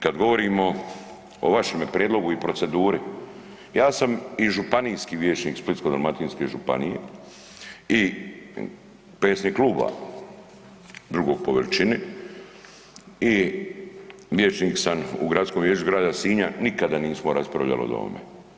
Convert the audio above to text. Kad govorimo o vašemu prijedlogu i proceduri, ja sam i županijski vijećnik Splitsko-dalmatinske županije i predsjednik kluba drugog po veličini i vijećnik sam u Gradskom vijeću grada Sinja, nikada nismo raspravljali od ovome.